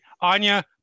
Anya